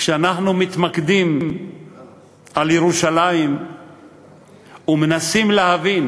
כשאנחנו מתמקדים בירושלים ומנסים להבין